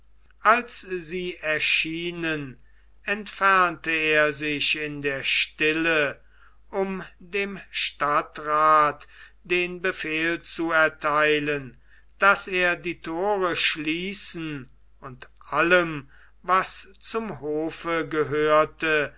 als sie erschienen entfernte er sich in der stille um dem stadtrath den befehl zu ertheilen daß er die thore schließen und allem was zum hofe gehörte